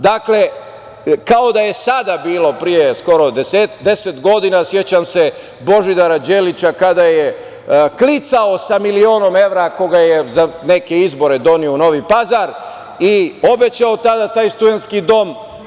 Dakle, kao da je sada bilo pre skoro deset godina, sećam se Božidara Đelića kada je klicao sa milionom evra koga je za neke izbore doneo u Novi Pazar i obećao tada taj studentski dom.